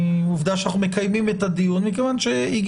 עובדה שאנחנו מקיימים את הדיון ואנחנו מקיימים אותו מכיוון שהגיעו